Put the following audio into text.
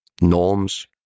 norms